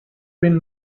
been